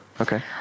Okay